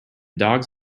dogs